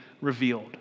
revealed